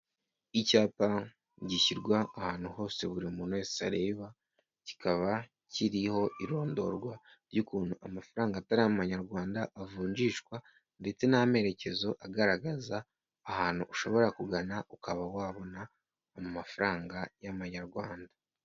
Icyapa gishyirwa ahantu hose buri muntu wese areba, kikaba kiriho irondorwa ry'ukuntu amafaranga atari amanyarwanda avunjishwa ndetse n'amerekezo agaragaza ahantu ushobora kugana ukaba wabona amafaranga y'amanyarwanda.